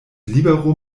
libero